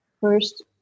first